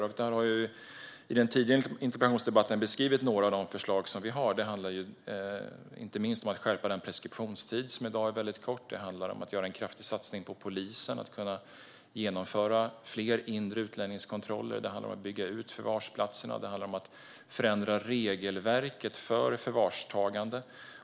Jag beskrev i den tidigare interpellationsdebatten några av våra förslag. De handlar inte minst om att skärpa den i dag korta preskriptionstiden, om att göra en kraftig satsning på polisen och genomföra fler inre utlänningskontroller, om att bygga ut förvarsplatserna och att förändra regelverket för förvarstagande.